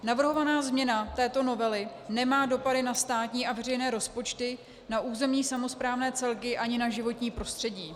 Navrhovaná změna této novely nemá dopady na státní a veřejné rozpočty, na územní samosprávné celky ani na životní prostředí.